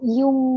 yung